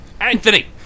Anthony